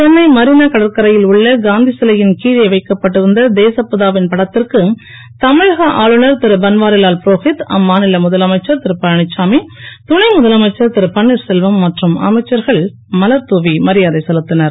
சென்னை மெரினா கடற்கரையில் உள்ள காந்தி சிலையின் கீழே வைக்கப்பட்டிருந்த தேசப்பிதாவின் படத்திற்கு தமிழக ஆளுநர் திரு பன்வாரிலால் புரோகித் அம்மாநில முதலமைச்சர் திரு பழனிச்சாமி தணை முதலமைச்சர் திரு பன்னீர்செல்வம் மற்றும் அமைச்சர்கள் மலர் தூவி மரியாதை செலுத்தினர்